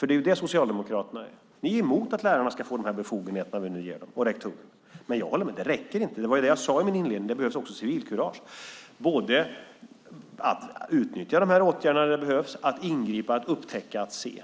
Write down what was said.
Det är det Socialdemokraterna är. Ni är emot att lärarna ska få de befogenheter vi nu ger dem och rektorerna. Jag håller med. Det räcker inte. Det var det jag sade i min inledning. Det behövs också civilkurage. Det handlar om att utnyttja de här åtgärderna när det behövs, att ingripa, att upptäckta, att se.